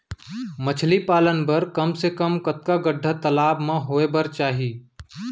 मछली पालन बर कम से कम कतका गड्डा तालाब म होये बर चाही?